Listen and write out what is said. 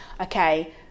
okay